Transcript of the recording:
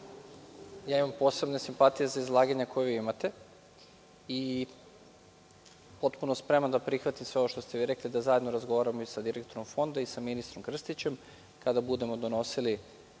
ja imam posebne simpatije za izlaganja koja vi imate i potpuno spreman da sve ovo prihvatim i da zajedno razgovaramo sa direktorom fonda i sa ministrom Krstićem, kada budemo donosili